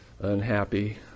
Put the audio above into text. unhappy